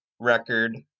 record